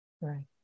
Right